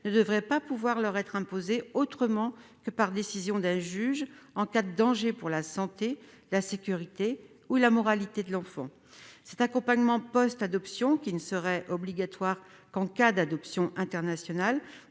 ne devrait pas pouvoir leur être imposée autrement que sur décision d'un juge, en cas de danger pour la santé, la sécurité ou la moralité de l'enfant. Cet accompagnement post-adoption, qui ne serait obligatoire qu'en cas d'adoption internationale,